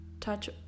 touch